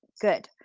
Good